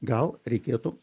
gal reikėtų